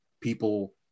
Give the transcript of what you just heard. people